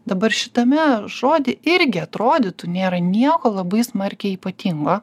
dabar šitame žody irgi atrodytų nėra nieko labai smarkiai ypatingo